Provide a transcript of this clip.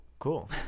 cool